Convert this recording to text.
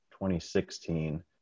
2016